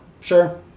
Sure